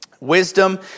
Wisdom